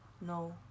No